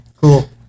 Cool